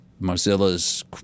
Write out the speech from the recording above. Mozilla's